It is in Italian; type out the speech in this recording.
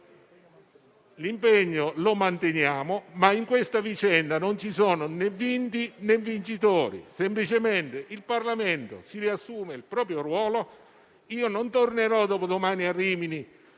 L'impegno lo manteniamo, ma in questa vicenda non ci sono né vinti né vincitori, semplicemente il Parlamento riassume il proprio ruolo. Non tornerò dopodomani a Rimini